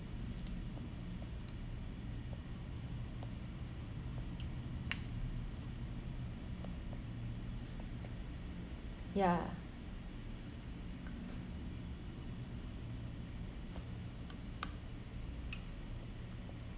ya